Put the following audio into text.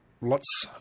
lots